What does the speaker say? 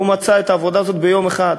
הוא מצא את העבודה הזאת ביום אחד,